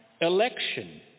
election